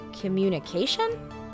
communication